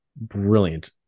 brilliant